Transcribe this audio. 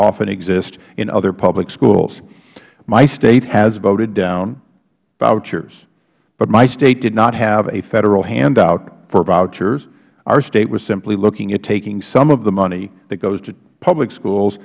often exist in other public schools my state has voted down vouchers but my state did not have a federal handout for vouchers our state was simply looking at taking some of the money that goes to public schools